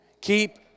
Keep